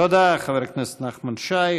תודה, חבר הכנסת נחמן שי.